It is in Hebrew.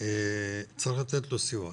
צריך לתת סיוע.